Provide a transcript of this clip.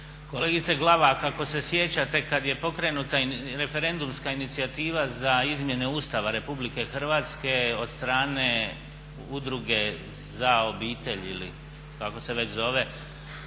Kolegice Glavak ako se sjećate kada je pokrenuta referendumska inicijativa za izmjene Ustava RH od strane Udruge za obitelj ili kako se već zove